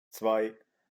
zwei